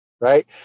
right